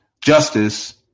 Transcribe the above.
justice